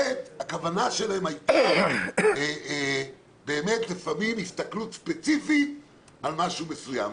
הכוונה שלהם הייתה באמת לפעמים הסתכלות ספציפית על משהו מסוים.